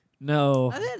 No